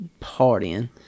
partying